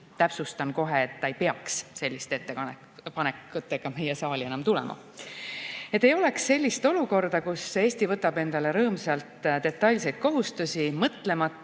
Täpsustan kohe: et ta ei peaks selliste ettepanekutega meie saali tulema. Et ei oleks sellist olukorda, kus Eesti võtab endale rõõmsalt detailseid kohustusi, mõtlemata